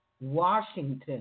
Washington